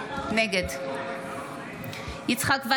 נגד יצחק שמעון